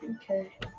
Okay